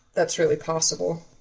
that's really possible.